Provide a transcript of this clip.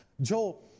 Joel